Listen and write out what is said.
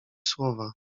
słowa